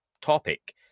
topic